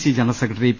C general secretary P